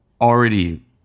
already